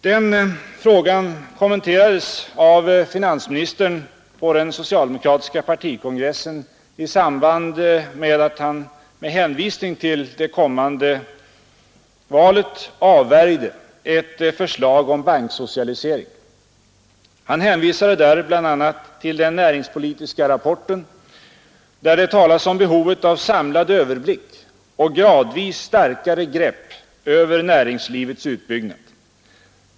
Den frågan kommenterade finansministern på den socialdemokratiska partikongressen i samband med att han med hänvisning till det kommande valet avvärjde ett förslag om banksocialisering. Han hänvisade där bl.a. till den näringspolitiska rapporten, där det talas om behovet av samlad överblick och gradvis starkare grepp över näringslivets utbyggnad.